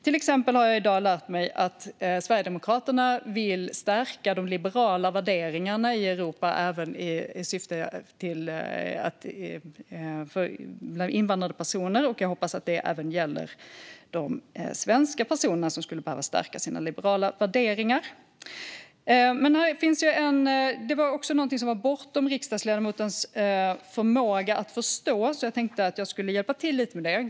Till exempel har jag i dag lärt mig att Sverigedemokraterna vill stärka de liberala värderingarna i Europa även för invandrade personer. Jag hoppas att det också gäller de svenska personer som skulle behöva stärka sina liberala värderingar. Det var också något som var bortom riksdagsledamotens förmåga att förstå, så jag tänkte hjälpa till lite med det.